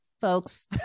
folks